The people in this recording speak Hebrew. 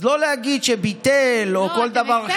אז לא להגיד "ביטל", או כל דבר.